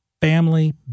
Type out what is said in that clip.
family